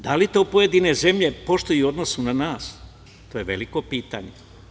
Da li to pojedine zemlje poštuju i u odnosu na nas, to je veliko pitanje.